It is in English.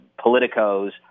politicos